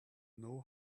know